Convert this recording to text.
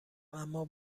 اما